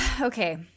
okay